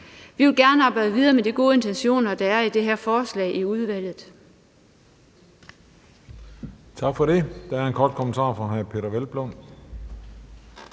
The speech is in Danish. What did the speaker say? Vi vil gerne arbejde videre i udvalget med de gode intentioner, der er i det her forslag. Kl.